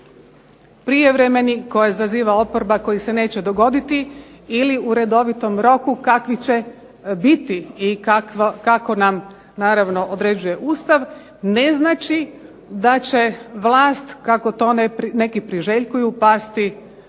prijevremeni koje zaziva oporba koji se neće dogoditi ili u redovitom roku kakvi će biti i kako nam naravno određuje Ustav ne znači da će vlast kako to neki priželjkuju pasti kao